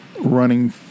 running